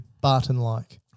Barton-like